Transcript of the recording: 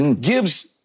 gives